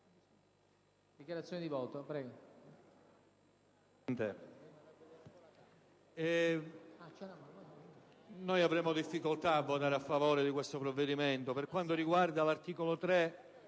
avremmo difficoltà a votare a favore di questo provvedimento. Per quanto riguarda l'articolo 3